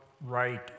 right